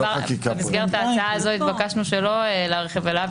-- ההצעה הזו התבקשנו לא להרחיב עליה.